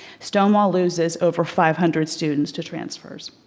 stonewall loses over five hundred students to transfers.